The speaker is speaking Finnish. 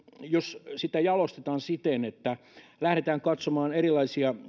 jos sitä jalostetaan siten että lähdetään katsomaan erilaisia